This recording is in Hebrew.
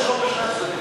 אבל יש רוב בשני הצדדים,